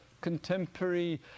contemporary